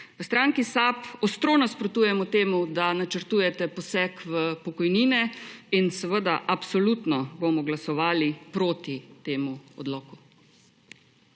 V stranki SAB ostro nasprotujemo temu, da načrtujete poseg v pokojnine, in absolutno bomo glasovali proti temu odloku.